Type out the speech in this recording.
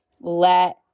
let